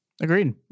Agreed